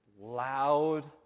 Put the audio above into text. loud